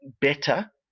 better